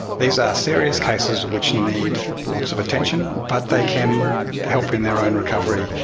these are serious cases which need lots of attention, but they can help in their own recovery.